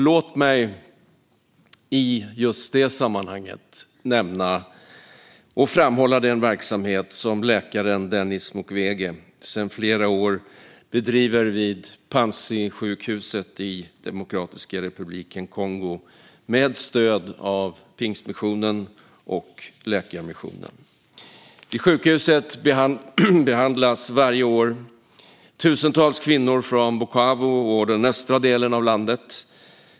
Låt mig i just detta sammanhang nämna och framhålla den verksamhet som läkaren Denis Mukwege sedan flera år bedriver vid Panzisjukhuset i Demokratiska Republiken Kongo med stöd av Pingstmissionen och Läkarmissionen. Vid sjukhuset behandlas varje år tusentals kvinnor från Bukavu och den östra delen av landet.